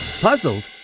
Puzzled